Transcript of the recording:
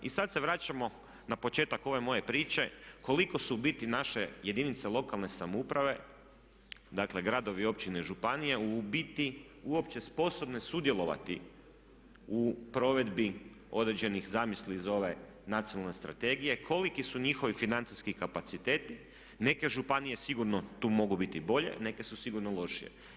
I sada se vraćamo na početak ove moje priče koliko su u biti naše jedinice lokalne samouprave dakle gradovi, općine i županije u biti uopće sposobne sudjelovati u provedbi određenih zamisli iz ove Nacionalne strategije, koliki su njihovi financijski kapaciteti, neke županije sigurno tu mogu biti i bolje, neke su sigurno lošije.